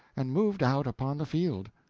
and moved out upon the field.